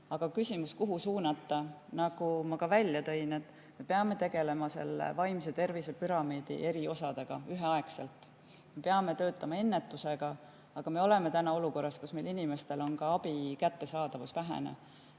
küsimus, kuhu suunata – nagu ma ka välja tõin, me peame tegelema selle vaimse tervise püramiidi eri osadega üheaegselt. Me peame töötama ennetusega, aga me oleme praegu olukorras, kus meil on vajaliku abi kättesaadavus vähene.